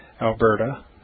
Alberta